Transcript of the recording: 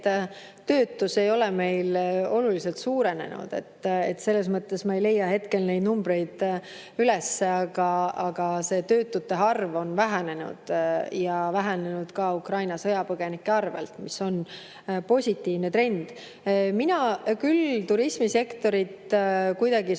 töötus ei ole meil oluliselt suurenenud. Ma ei leia hetkel neid numbreid üles, aga töötute arv on vähenenud, ja vähenenud ka Ukraina sõjapõgenike puhul, mis on positiivne trend. Mina küll turismisektorit kuidagi